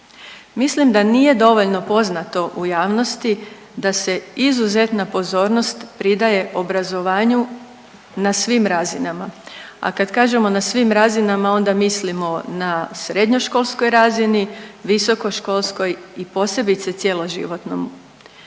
Mislim da nije dovoljno poznato u javnosti da se izuzetna pozornost pridaje obrazovanju na svim razinama, a kad kažemo na svim razinama onda mislimo na srednjoškolskoj razini, visokoškolskoj i posebice cjeloživotnom,